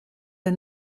der